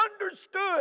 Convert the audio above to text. understood